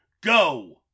Go